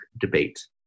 debate